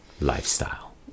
lifestyle